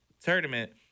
tournament